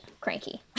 cranky